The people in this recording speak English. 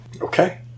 Okay